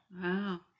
Wow